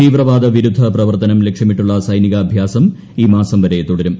തീവ്രവാദ വിരുദ്ധ പ്രവർത്തനം ലക്ഷ്യമിട്ടുള്ള സൈനിക്കു അഭ്യാസം ഈ മാസം വരെ തുടരും